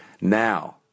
Now